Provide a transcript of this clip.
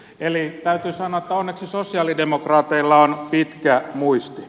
eli täytyy sanoa että onneksi sosialidemokraateilla on pitkä muisti